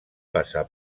passar